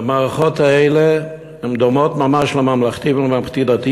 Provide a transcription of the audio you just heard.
והמערכות האלה דומות ממש לממלכתי ולממלכתי-דתי: